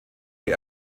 die